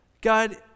God